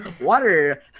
water